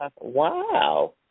Wow